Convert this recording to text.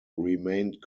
remained